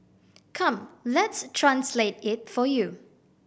come let's translate it for you